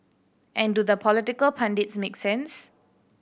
and do the political pundits make sense